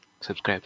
Subscribe